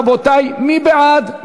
רבותי, מי בעד?